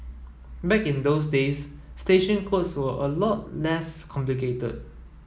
back in those days station codes were a lot less complicated